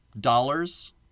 dollars